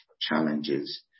challenges